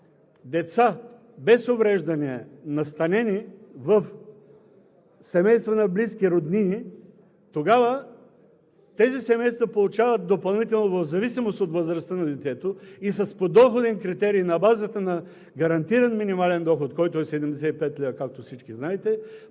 деца без увреждания, настанени в семейства на близки роднини, тогава тези семейства получават допълнително в зависимост от възрастта на детето и с подоходен критерий на базата на гарантиран минимален доход, който е 75 лв., както всички знаете,